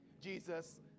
Jesus